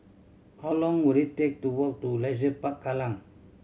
how long will it take to walk to Leisure Park Kallang